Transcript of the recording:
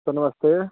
sir नमस्ते